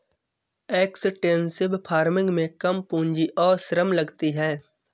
extensive farming में कम पूंजी और श्रम लगती है